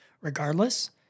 regardless